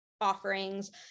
offerings